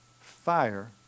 fire